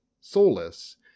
soulless